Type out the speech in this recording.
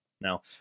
Now